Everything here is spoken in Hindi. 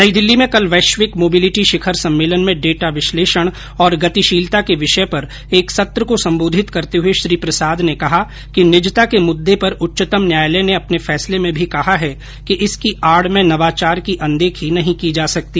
नई दिल्ली में कल वैश्विक मोबिलिटी शिखर सम्मेलन में डेटा विशलेषण और गतिशीलता के विषय पर एक सत्र को संबोधित करते हुए श्री प्रसाद ने कहा कि निजता के मुद्दे पर उच्चतम न्यायालय ने अपने फैसले में भी कहा है कि इसकी आड़ में नवाचार की अनदेखी नहीं की जा सकती